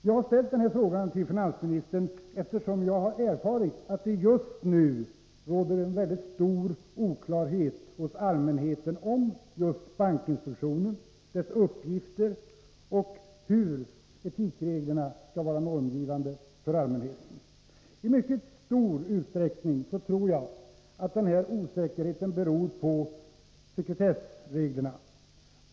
Jag har ställt den här frågan till finansministern eftersom jag har erfarit att det just nu råder en mycket stor oklarhet hos allmänheten om bankinspektionen och dess uppgifter och om hur etikreglerna skall vara normgivande för allmänheten. Jag tror att den här osäkerheten i mycket stor utsträckning beror på sekretessreglerna.